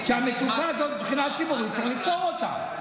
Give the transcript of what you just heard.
כשהמצוקה הזאת, מבחינה ציבורית, צריך לפתור אותה.